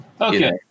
Okay